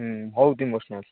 ହୁଁ ବହୁତ ଇମୋସନାଲ୍